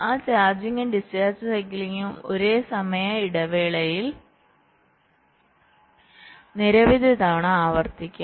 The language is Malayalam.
ആ ചാർജിംഗും ഡിസ്ചാർജിംഗ് സൈക്കിളും ഒരു സമയ ഇടവേളയിൽ നിരവധി തവണ ആവർത്തിക്കും